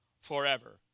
forever